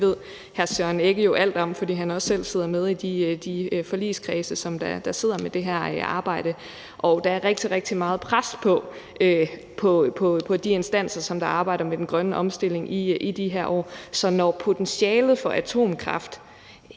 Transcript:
ved hr. Søren Egge Rasmussen alt om, fordi han også selv sidder med i de forligskredse, som sidder med det her arbejde. Der er rigtig, rigtig meget pres på de instanser, som arbejder med den grønne omstilling i de her år. Så når potentialet for atomkraft